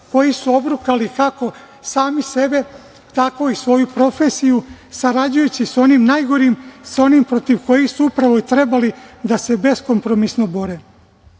koji su obrukali kako sami sebe, tako i svoju profesiju, sarađujući sa onim najgorima, sa onima sa kojima su upravo i trebali da se beskompromisno